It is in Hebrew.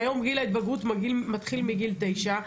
שהיום גיל ההתבגרות מתחיל מגיל תשע,